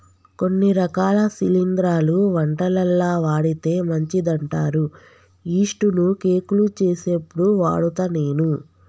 కొన్ని రకాల శిలింద్రాలు వంటలల్ల వాడితే మంచిదంటారు యిస్టు ను కేకులు చేసేప్పుడు వాడుత నేను